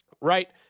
right